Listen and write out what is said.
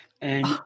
and-